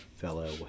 fellow